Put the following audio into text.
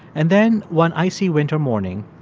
and then, one icy winter morning,